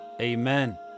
amen